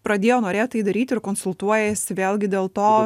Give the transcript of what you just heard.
pradėjo norėt tai daryt ir konsultuojasi vėlgi dėl to